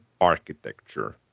architecture